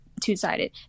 two-sided